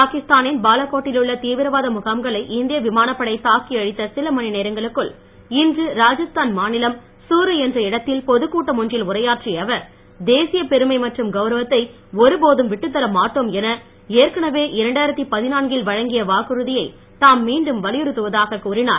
பாகிஸ்தா னின் பாலாகோட்டிலுள்ள தீவிரவாத முகாம்களை இந்திய விமானப்படை தாக்கி அழித்த சில மணி நேரங்களுக்குள் இன்று ராஜஸ்தான் மாநிலம் சூரு என்ற இடத்தில் பொதுக்கூட்டம் ஒன்றில் உரையாற்றிய அவர் தேசிய பெருமை மற்றும் கௌரவத்தை ஒரு போதும் விட்டுத்தர மாட்டோம் வழங்கிய வாக்குறுதியை தாம் மீண்டும் வலியுறத்துவதாகக் கூறினார்